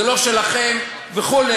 זה לא שלכם וכו'.